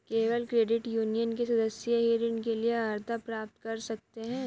केवल credit union के सदस्य ही ऋण के लिए अर्हता प्राप्त कर सकते हैं